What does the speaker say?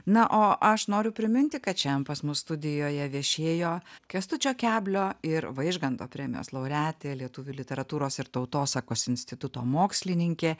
na o aš noriu priminti kad šian pas mus studijoje viešėjo kęstučio keblio ir vaižganto premijos laureatė lietuvių literatūros ir tautosakos instituto mokslininkė